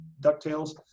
DuckTales